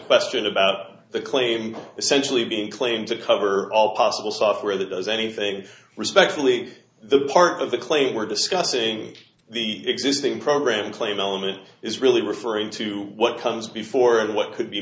question about the claim essentially being claimed to cover all possible software that does anything respectfully the part of the claim we're discussing the existing program claim element is really referring to what comes before and what could be